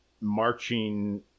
marching